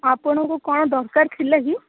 ଆପଣଙ୍କୁ କ'ଣ ଦରକାର ଥିଲା କି